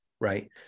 right